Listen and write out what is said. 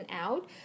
out